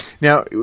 Now